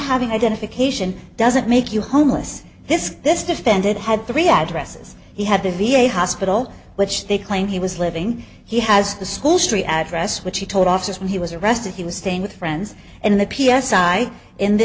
having identification doesn't make you homeless this is this defendant had three addresses he had the v a hospital which they claim he was living he has the school street address which he told officers when he was arrested he was staying with friends in the p s i i in the